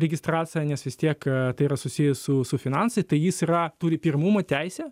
registraciją nes vis tiek tai yra susijęs su su finansai tai jis yra turi pirmumo teisę